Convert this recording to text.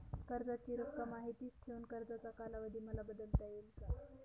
कर्जाची रक्कम आहे तिच ठेवून कर्जाचा कालावधी मला बदलता येईल का?